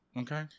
Okay